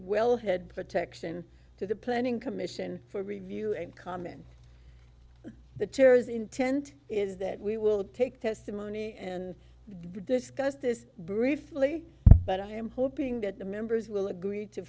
wellhead protection to the planning commission for review and comment the tears intent is that we will take testimony and discuss this briefly but i am hoping that the members will agree to